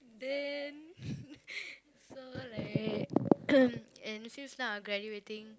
then so like since now I'm graduating